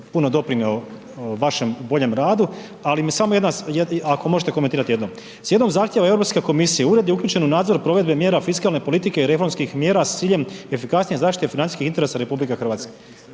puno doprinio vašem boljem radu ali me samo jedna, ako možete komentirati jedno. S jednog zahtjeva Europske komisije, ured je uključen u nadzor provedbe mjera fiskalne politike i reformskih mjera s ciljem efikasnije zaštite i financijskih interesa RH. Je li vas